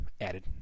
added